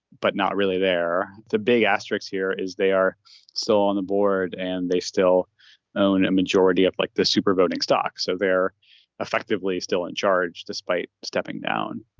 but not really they're the big asterix here is they are so on the board and they still own a majority of like the super voting stock. so they're effectively still in charge despite stepping down